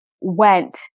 went